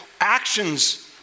actions